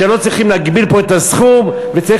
שלא צריכים להגביל פה את הסכום וצריך